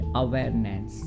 awareness